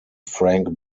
frank